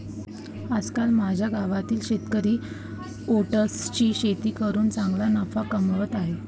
आजकाल माझ्या गावातील शेतकरी ओट्सची शेती करून चांगला नफा कमावत आहेत